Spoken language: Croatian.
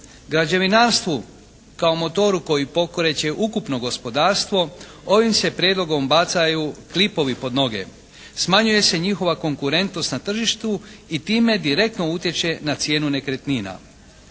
građevinarstvu kao motoru koji pokreće ukupno gospodarstvo, ovim se prijedlogom bacaju klipovi pod noge. Smanjuje se njihova konkurentnost na tržištu i time direktno utječe na cijenu nekretnina.